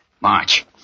March